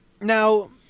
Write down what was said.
Now